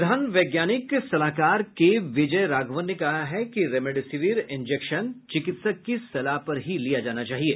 प्रधान वैज्ञानिक सलाहकार के विजय राघवन ने कहा है कि रेमडेसिविर इंजेक्शन चिकित्सक की सलाह पर ही लिया जाना चाहिए